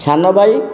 ସାନଭାଇ